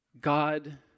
God